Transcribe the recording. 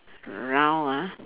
round ah